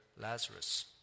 Lazarus